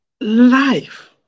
life